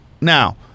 Now